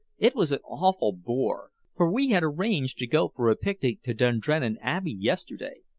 it was an awful bore, for we had arranged to go for a picnic to dundrennan abbey yesterday.